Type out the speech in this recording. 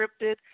scripted